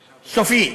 סופי.